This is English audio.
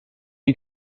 you